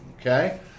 okay